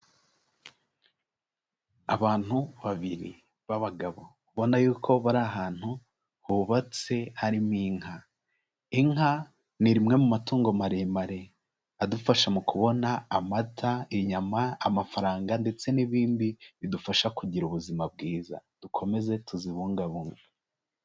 Abantu babiri b'abagabo ubona y'uko bari ahantu hubatse harimo inka, inka ni rimwe mu matungo maremare adufasha mu kubona amata, inyama, amafaranga ndetse n'ibindi bidufasha kugira ubuzima bwiza, dukomeze tuzibungabunge.